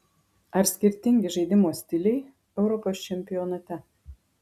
ar skirtingi žaidimo stiliai europos čempionate